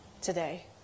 today